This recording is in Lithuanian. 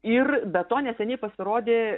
ir be to neseniai pasirodė